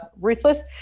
ruthless